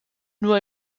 nur